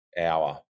hour